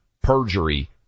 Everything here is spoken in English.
perjury